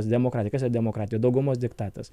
demokratija kas yra demokratija daugumos diktatas